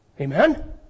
Amen